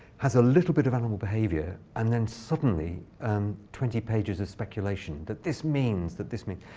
has a little bit of animal behavior and then, suddenly, and twenty pages of speculation that this means, that this means.